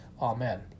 Amen